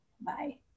Bye